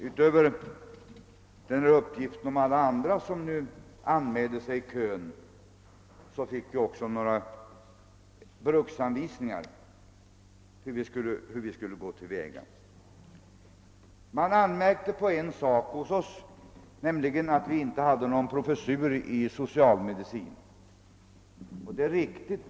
Utöver uppgiften om alla andra som nu anmält sig i kön fick vi också några bruksanvisningar för hur vi borde gå till väga. Det anmärktes på en sak hos oss, nämligen att vi inte hade någon professor i socialmedicin. Och det är riktigt.